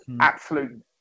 absolute